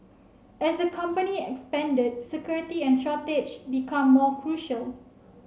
as the company expanded security and storage became more crucial